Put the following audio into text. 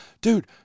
Dude